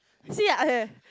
see I